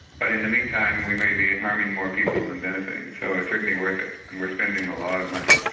but in the meantime we may be harming more people than and benefiting so it's certainly worth it and we're spending a lot of money.